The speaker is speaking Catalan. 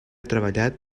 treballat